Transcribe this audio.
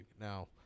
Now